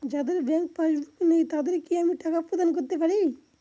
যাদের bank passbook নেই তাদের কি আমি টাকা প্রদান করতে পারি?